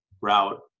route